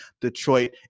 Detroit